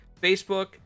Facebook